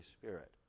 Spirit